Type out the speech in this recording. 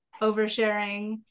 oversharing